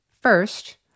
First